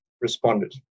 responded